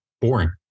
boring